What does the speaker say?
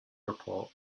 report